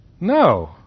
No